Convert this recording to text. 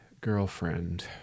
girlfriend